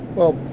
well,